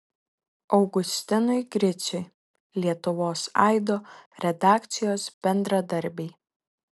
augustinui griciui lietuvos aido redakcijos bendradarbiai